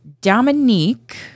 Dominique